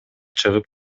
чыгып